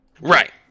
right